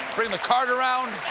bring the cart around.